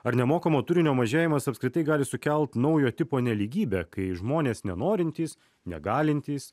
ar nemokamo turinio mažėjimas apskritai gali sukelt naujo tipo nelygybę kai žmonės nenorintys negalintys